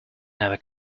never